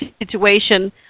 situation